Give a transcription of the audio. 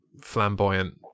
flamboyant